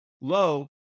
low